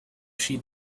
she